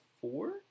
four